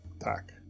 Attack